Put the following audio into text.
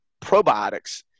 probiotics